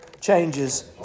changes